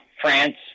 France